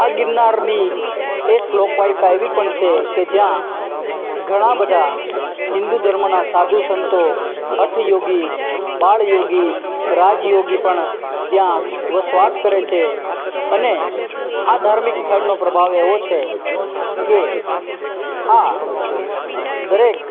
આ ગિરનારની એક લોક વાયકા એવી પણ છે કે જ્યાં ઘણા બધા હિન્દુ ધર્મના સાધુ સંતો હઠ યોગી બાળ યોગી રાજ યોગી પણ ત્યાં વસવાટ કરે છે અને આ ધાર્મિક સ્થળનો પ્રભાવ એવો છે કે આ દરેક